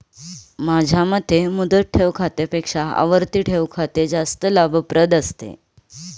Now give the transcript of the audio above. माझ्या मते मुदत ठेव खात्यापेक्षा आवर्ती ठेव खाते जास्त लाभप्रद असतं